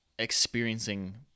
experiencing